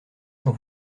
sans